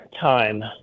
time